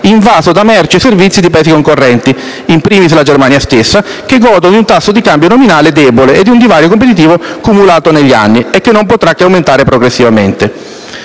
invaso da merci e servizi di Paesi concorrenti (*in primis* la Germania stessa) che godono di un tasso di cambio nominale debole e di un divario competitivo cumulato negli anni che non potrà che aumentare progressivamente.